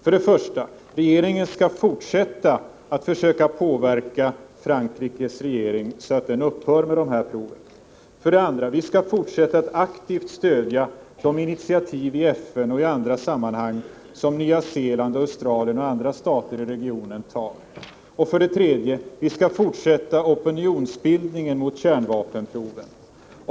För det första: Regeringen skall fortsätta att försöka påverka Frankrikes regering så att den upphör med proven. För det andra: Vi skall fortsätta att aktivt stödja de initiativ i FN och i andra sammanhang som Nya Zeeland, Australien och andra stater i regionen tar. För det tredje: Vi skall fortsätta opinionsbildningen mot kärnvapenproven.